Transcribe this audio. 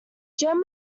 jam